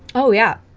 oh, yeah.